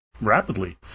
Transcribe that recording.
rapidly